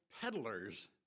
peddlers